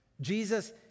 Jesus